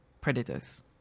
predators